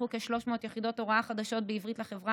יפותחו כ-300 יחידות הוראה חדשות בעברית לחברה